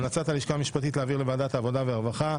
המלצת הלשכה המשפטית להעביר לוועדת העבודה והרווחה.